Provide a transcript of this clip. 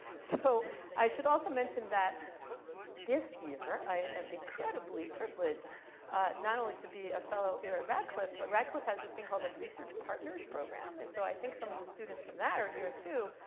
so i should also mention that this year, i am incredibly privileged not only to be a fellow here at radcliffe, but radcliffe has this thing called the research partners program. and so i think some of the students from that are here too.